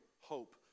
hope